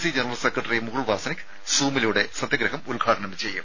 C general secretary Mukul Wasnik സൂമിലൂടെ സത്യഗ്രഹം ഉദ്ഘാടനം ചെയ്യും